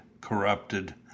corrupted